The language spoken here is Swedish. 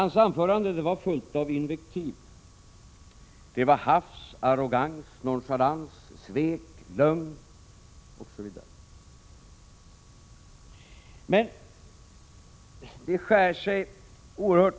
Hans anförande var fullt av invektiv — hafs, arrogans, nonchalans, svek, lögn osv. Men det skär sig oerhört.